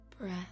breath